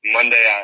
Monday